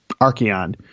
Archeon